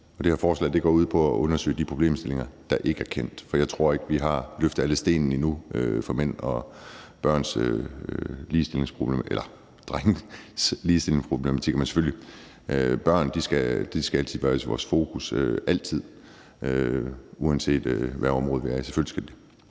Og det her forslag går ud på at undersøge de problemstillinger, der ikke er kendt. Jeg tror ikke, vi har vendt alle sten endnu i forbindelse med mænds og drenges ligestillingsproblematikker. Men børn skal selvfølgelig altid være i vores fokus – altid – uanset hvilket område det er. Selvfølgelig skal de